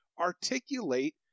Articulate